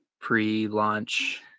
pre-launch